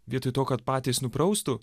vietoj to kad patys nupraustų